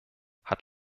hat